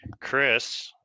Chris